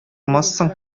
алмассың